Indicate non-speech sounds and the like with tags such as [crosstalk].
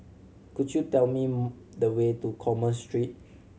could you tell me [unintelligible] the way to Commerce Street